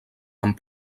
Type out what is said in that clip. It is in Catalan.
amb